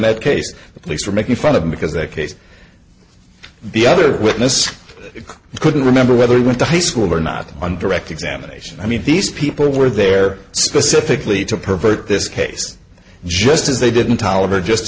that case the police were making fun of him because that case the other witness couldn't remember whether he went to high school or not on direct examination i mean these people were there specifically to pervert this case just as they didn't oliver just